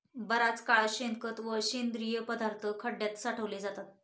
बराच काळ शेणखत व सेंद्रिय पदार्थ खड्यात साठवले जातात